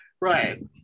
Right